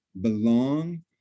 belong